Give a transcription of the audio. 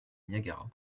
niagara